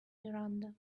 miranda